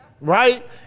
Right